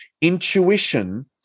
intuition